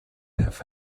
have